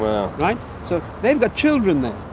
um like so they've got children there.